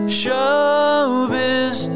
showbiz